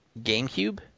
GameCube